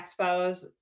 expos